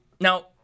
Now